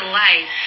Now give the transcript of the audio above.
life